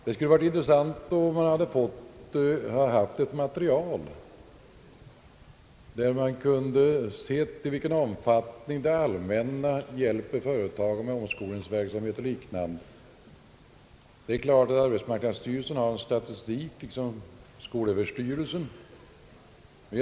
Det skulle varit intressant ätt ha haft tillgång till ett material som visat i vilken omfattning det allmänna hjälper företagen med omskolningsverksamhet och liknande — det är klart att arbetsmarknadsstyrelsen liksom skolöverstyrelsen har statistik i detta avseende.